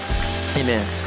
Amen